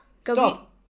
stop